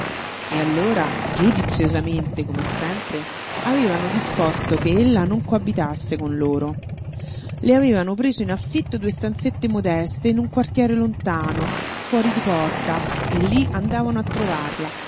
e allora giudiziosamente come sempre avevano disposto che ella non coabitasse con loro le avevano preso in affitto due stanzette modeste in un quartiere lontano fuori di porta e lí andavano a trovarla